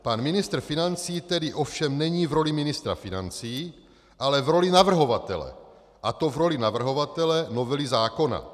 Pan ministr financí tedy ovšem není v roli ministra financí, ale v roli navrhovatele, a to v roli navrhovatele novely zákona.